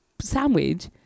sandwich